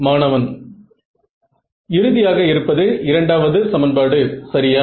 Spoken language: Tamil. மாணவன் இறுதியாக இருப்பது இரண்டாவது சமன்பாடு சரியா